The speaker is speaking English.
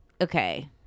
okay